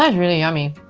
um really yummy.